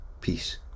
peace